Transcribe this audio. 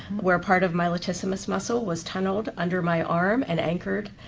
where part of my latissimus muscle was tunneled under my arm and anchored